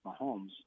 Mahomes